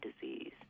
disease